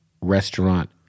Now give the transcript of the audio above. restaurant